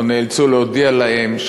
או נאלצו להודיע להם,